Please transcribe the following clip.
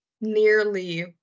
nearly